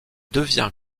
devient